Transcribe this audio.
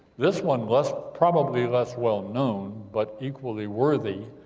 this one was probably less well-known, but equally worthy,